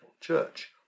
church